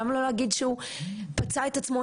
למה לא להגיד שהוא פצע את עצמו,